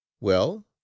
Well